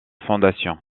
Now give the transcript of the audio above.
fondation